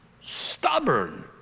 stubborn